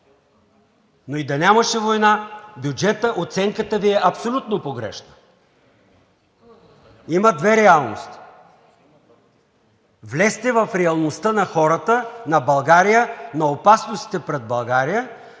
Но и да нямаше война, за бюджета оценката Ви е абсолютно погрешна. Има две реалности. Влезте в реалността на хората, на България, на опасностите пред България,